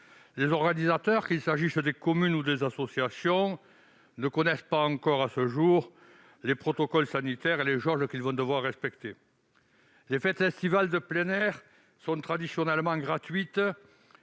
Les organisateurs, qu'il s'agisse des communes ou des associations, ne connaissent pas encore, à ce jour, les protocoles sanitaires et les jauges qu'ils vont devoir respecter. Les fêtes estivales de plein air sont traditionnellement gratuites